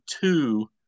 two